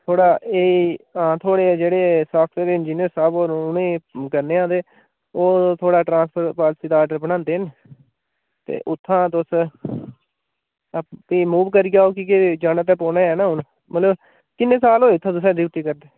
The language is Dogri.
थुआढ़े एह् हां थुआढ़े जेह्ड़े साफ्टवेयर इंजीनियर साह्ब होर उनेंगी करने आं ते ओह् थुआढ़ा ट्रांसफर पालसी दा आर्डर बनांदे न ते उत्थुआं तुस अप फ्ही मूव करी जाओ कि के जाना ते पौना ऐ ना हून मतलब किन्ने साल होए इत्थैं तुसें ड्यूटी करदे